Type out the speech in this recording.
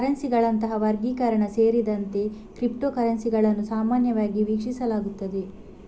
ಕರೆನ್ಸಿಗಳಂತಹ ವರ್ಗೀಕರಣ ಸೇರಿದಂತೆ ಕ್ರಿಪ್ಟೋ ಕರೆನ್ಸಿಗಳನ್ನು ಸಾಮಾನ್ಯವಾಗಿ ವೀಕ್ಷಿಸಲಾಗುತ್ತದೆ